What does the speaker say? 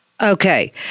Okay